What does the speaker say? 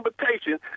invitation